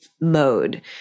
mode